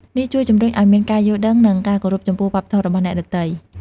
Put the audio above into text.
នេះជួយជំរុញឲ្យមានការយល់ដឹង និងការគោរពចំពោះវប្បធម៌របស់អ្នកដទៃ។